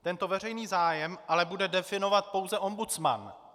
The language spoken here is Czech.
Tento veřejný zájem bude ale definovat pouze ombudsman.